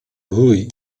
hooey